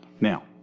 Now